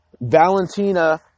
Valentina